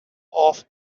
off